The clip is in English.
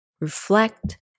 reflect